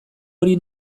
hori